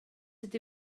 ydy